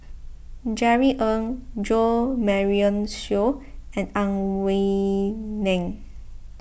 Jerry Ng Jo Marion Seow and Ang Wei Neng